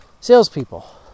salespeople